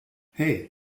hey